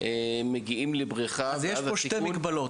מגיעים לבריכה ואז הסיכון גדול יותר.